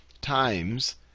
times